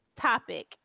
topic